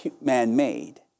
man-made